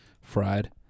fried